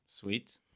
Sweet